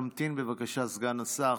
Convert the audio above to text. תמתין, בבקשה, סגן השר.